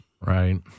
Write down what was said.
Right